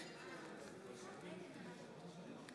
בהצבעה